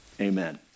amen